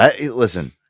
listen